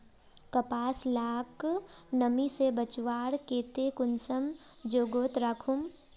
कपास लाक नमी से बचवार केते कुंसम जोगोत राखुम?